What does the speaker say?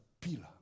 pillar